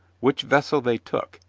which vessel they took,